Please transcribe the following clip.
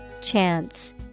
Chance